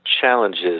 challenges